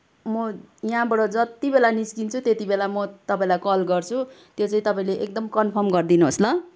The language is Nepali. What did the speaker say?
म यहाँबाट जतिबेला निस्किन्छु त्यतिबेला म तपाईँलाई कल गर्छु त्यो चाहिँ तपाईँले एकदम कन्फर्म गरिदिनुहोस् ल